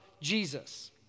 Jesus